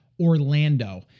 Orlando